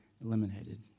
eliminated